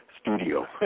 studio